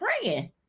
praying